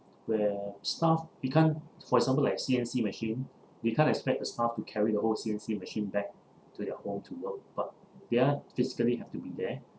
where staff we can't for example like C_N_C machine we can't expect the staff to carry the whole C_N_C machine back to their home to work but they're physically have to be there